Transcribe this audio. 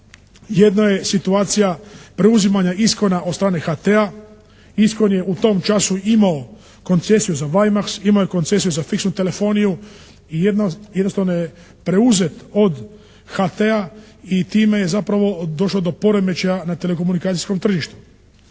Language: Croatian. Jedno je situacija preuzimanja Iskona od strane HT-a. Iskon je u tom času imao koncesiju za "Vajmaks" imao je koncesiju za fiksnu telefoniju i jednostavno je preuzet od HT-a i time je zapravo došlo do poremećaja na telekomunikacijskom tržištu.